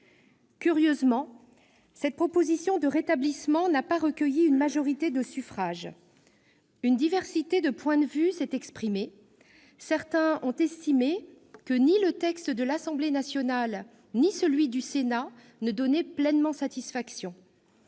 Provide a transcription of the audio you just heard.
Curieusement, cette proposition de rétablissement n'a pas recueilli une majorité de suffrages. Une diversité de points de vue s'est exprimée. Certains ont estimé que ni le texte de l'Assemblée nationale ni celui du Sénat ne donnaient pleinement satisfaction.